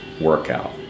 workout